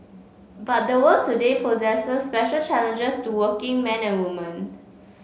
but the world today poses special challenges to working men and women